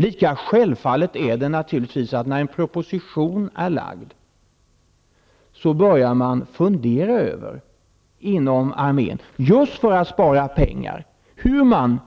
Lika självklart är det naturligtvis, när en proposition är lagd, att man inom armén börjar fundera över, just för att spara pengar, hur man